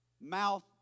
mouth